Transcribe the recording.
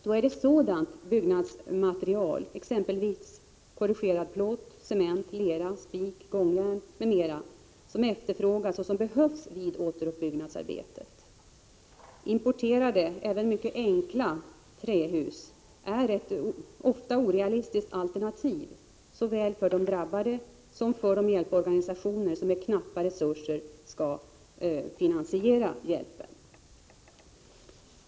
Det är sådant byggnadsmaterial, exempelvis korrugerad plåt, cement, lera, spik och gångjärn, som efterfrågas och behövs vid återuppbyggnadsarbetet. Importerade trähus, även mycket enkla sådana, är ett ofta orealistiskt alternativ, såväl för de drabbade som för de hjälporganisationer som med knappa resurser skall finansiera hjälpen.